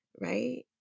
right